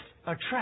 attract